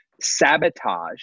sabotage